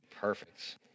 perfect